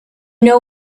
know